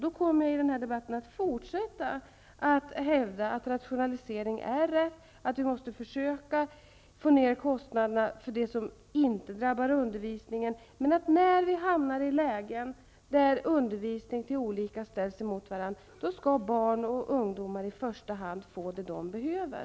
Det kommer därför också i fortsättningen att hävdas att rationalisering är rätt, att vi måste försöka få ner kostnaderna för det som inte drabbar undervisningen. Men när vi hamnar i ett läge där undervisning till olika grupper ställs mot varandra, skall barn och ungdomar i första hand få det de behöver.